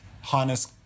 Harness